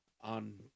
on